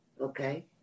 Okay